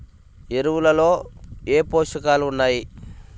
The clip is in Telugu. ఎరువులలో ఏ పోషకాలు ఉన్నాయి?